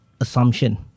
assumption